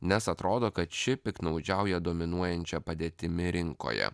nes atrodo kad ši piktnaudžiauja dominuojančia padėtimi rinkoje